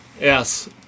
Yes